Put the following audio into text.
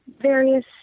various